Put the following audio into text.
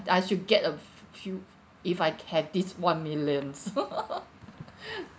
I should get a f~ few if I had this one million